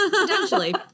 potentially